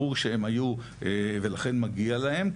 ברור שהם היו ולכן מגיע להם,